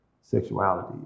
sexuality